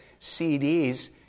CDs